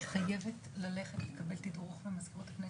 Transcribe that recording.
אבל אני נאלצת לעזוב את הישיבה כדי לקבל תדרוך במזכירות הכנסת.